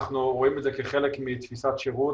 אנחנו רואים את זה כחלק מתפיסת שירות